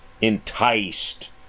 enticed